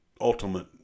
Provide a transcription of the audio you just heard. ultimate